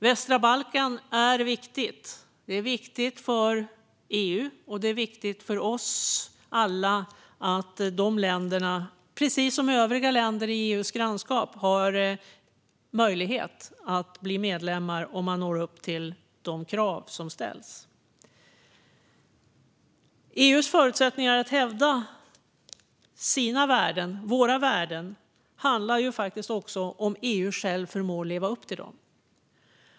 Västra Balkan är viktigt, både för EU och för oss alla, och det är viktigt att dessa länder precis som övriga länder i EU:s grannskap har möjlighet att bli medlemmar om de når upp till de krav som ställs. EU:s förutsättningar att hävda sina - våra - värden handlar också om huruvida EU självt förmår att leva upp till dem.